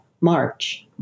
March